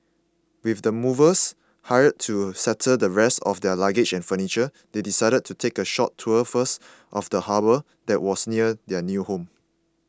with the movers hired to settle the rest of their luggage and furniture they decided to take a short tour first of the harbour that was near their new home